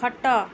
ଖଟ